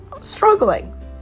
Struggling